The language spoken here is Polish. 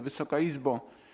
Wysoka Izbo!